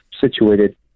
situated